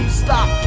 stop